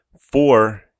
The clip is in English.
four